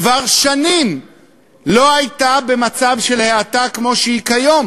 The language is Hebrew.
כבר שנים לא הייתה במצב של האטה כמו שהיא כיום,